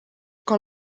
con